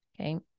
Okay